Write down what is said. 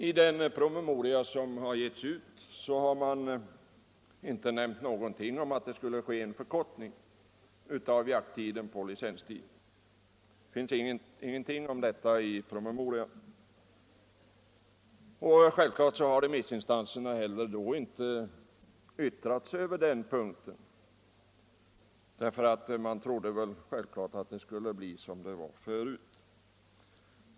I den promemoria som har sänts ut nämns det ingenting om att det skulle ske en förkortning av licenstiden för jakt. Självklart har då inte heller remissinstanserna kunnat yttra sig på den punkten. Man trodde givetvis att det skulle bli som tidigare.